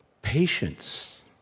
Patience